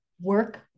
work